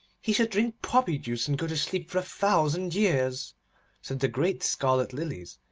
he should drink poppy-juice, and go to sleep for a thousand years said the great scarlet lilies,